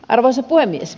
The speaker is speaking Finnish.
arvoisa puhemies